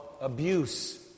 abuse